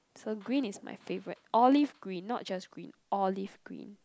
so green is my favourite olive green not just green olive green